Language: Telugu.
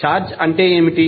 ఛార్జ్ అంటే ఏమిటి